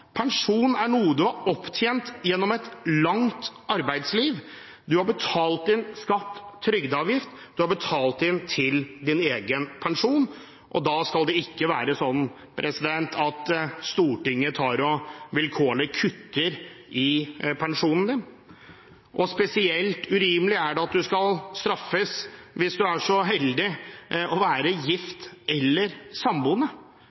Pensjon er noe man har opptjent gjennom et langt arbeidsliv. Man har betalt inn skatt, trygdeavgift, man har betalt inn til sin egen pensjon. Da skal det ikke være sånn at Stortinget kutter vilkårlig i pensjonen, og spesielt urimelig er det at man skal straffes hvis man er så heldig å være gift eller samboende.